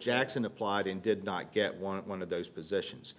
jackson applied and did not get one of those positions